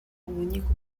único